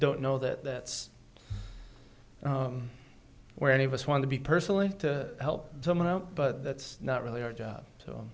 i don't know that that's where any of us want to be personally to help someone out but that's not really our job